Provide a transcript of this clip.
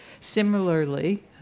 Similarly